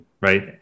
right